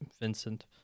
Vincent